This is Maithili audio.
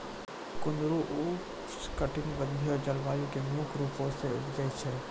कुंदरु उष्णकटिबंधिय जलवायु मे मुख्य रूपो से उपजै छै